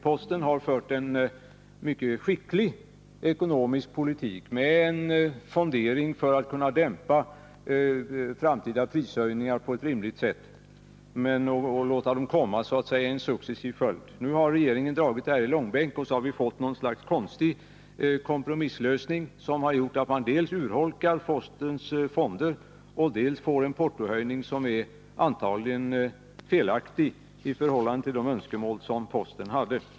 Posten har fört en mycket skicklig ekonomisk politik med en fondering för att kunna dämpa framtida prishöjningar på ett rimligt sätt och låta dem komma i så att säga successiv följd. Nu har regeringen dragit detta i långbänk, och så har vi fått ett slags konstig kompromisslösning, som innebär att man dels urholkar postens fonder, dels får en portohöjning som antagligen är felaktig i förhållande till de önskemål som posten hade.